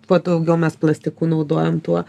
kuo daugiau mes plastikų naudojam tuo